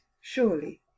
surely